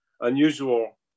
unusual